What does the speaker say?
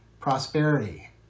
prosperity